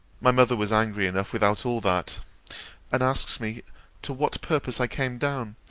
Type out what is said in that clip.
my mother was angry enough without all that and asked me to what purpose i came down,